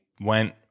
went